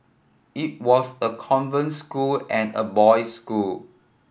it was a convent school and a boys school